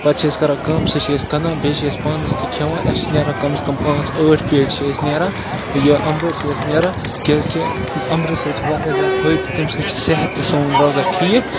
پَتہٕ چھِ أسۍ کران کٲم سُہ چھِ أسۍ کٕنان بیٚیہِ چھِ أسۍ پانَس تہِ کھیٚوان اَسہِ چھِ نیران کَم از کَم پانٛژھ ٲٹھ پیٹہِ چھِ اَسہِ نیران یہِ اَمبٕر چھِ اَسہِ نیران کیازِ کہِ اَمبریو سۭتۍ چھُ واریاہ زیادٕ فٲیدٕ تَمہِ سۭتۍ چھُ صحت تہِ سون روزان ٹھیٖک